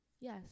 Yes